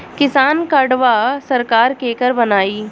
किसान कार्डवा सरकार केकर बनाई?